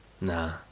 Nah